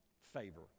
Favor